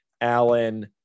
Allen